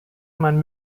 mein